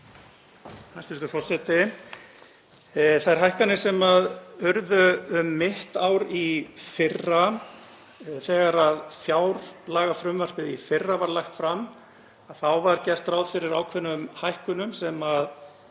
Þær hækkanir sem urðu um mitt ár í fyrra — þegar fjárlagafrumvarpið í fyrra var lagt fram var gert ráð fyrir ákveðnum hækkunum sem